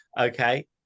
Okay